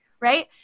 right